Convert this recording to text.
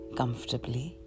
comfortably